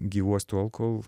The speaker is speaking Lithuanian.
gyvuos tol kol